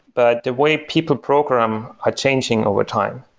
but the way people program are changing overtime.